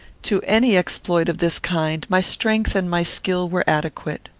to any exploit of this kind, my strength and my skill were adequate.